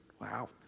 Wow